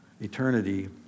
eternity